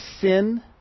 sin